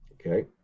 Okay